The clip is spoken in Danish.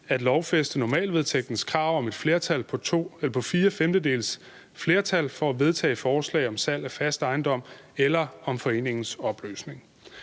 at lovfæste normalvedtægtens krav om et flertal på fire femtedeles flertal for at vedtage forslag om salg af fast ejendom eller om foreningens opløsning.